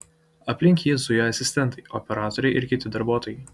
aplink jį zuja asistentai operatoriai ir kiti darbuotojai